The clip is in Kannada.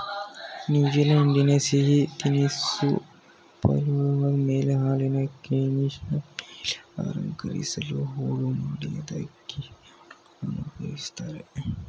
ನ್ಯೂಜಿಲೆಂಡಿನ ಸಿಹಿ ತಿನಿಸು ಪವ್ಲೋವದ ಮೇಲೆ ಹಾಲಿನ ಕ್ರೀಮಿನ ಮೇಲೆ ಅಲಂಕರಿಸಲು ಹೋಳು ಮಾಡಿದ ಕೀವಿಹಣ್ಣನ್ನು ಉಪಯೋಗಿಸ್ತಾರೆ